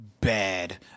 bad